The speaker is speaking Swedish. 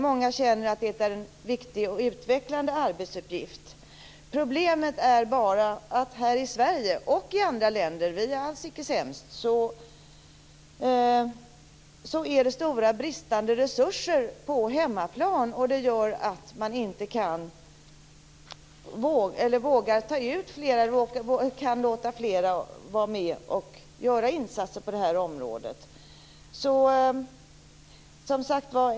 Många känner att det är en viktig och utvecklande arbetsuppgift. Problemet är bara att här i Sverige - och i andra länder, vi är alls icke sämst - finns det stora brister i resurserna på hemmaplan. Det gör att man inte kan låta flera vara med och göra insatser på detta område.